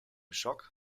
schock